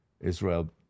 Israel